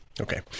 Okay